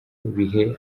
bihe